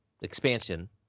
expansion